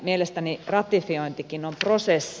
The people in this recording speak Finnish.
mielestäni ratifiointikin on prosessi